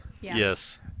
yes